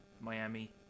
Miami